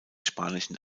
spanischen